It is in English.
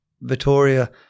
Vittoria